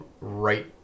right